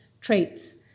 traits